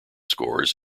scores